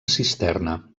cisterna